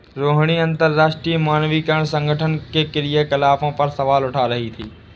रोहिणी अंतरराष्ट्रीय मानकीकरण संगठन के क्रियाकलाप पर सवाल उठा रही थी